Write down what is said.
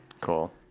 Cool